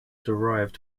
derived